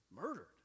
murdered